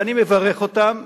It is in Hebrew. ואני מברך אותם,